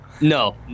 No